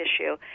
issue